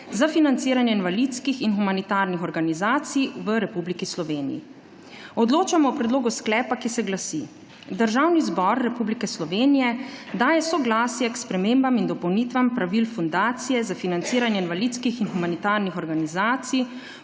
za financiranje invalidskih in humanitarnih organizacij v Republiki Sloveniji. Odločamo o predlogu sklepa, ki se glasi: Državni zbor Republike Slovenije daje soglasje k Spremembam in dopolnitvam Pravil Fundacije za financiranje invalidskih in humanitarnih organizacij